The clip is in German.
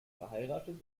verheiratet